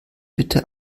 bitte